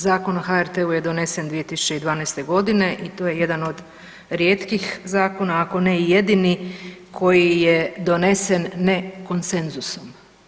Zakon o HRT-u je donesen 2012. godine i to je jedan od rijetkih zakona, ako ne i jedini koji je donesen ne konsenzusom.